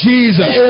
Jesus